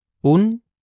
un